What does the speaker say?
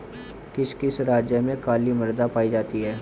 किस किस राज्य में काली मृदा पाई जाती है?